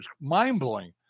mind-blowing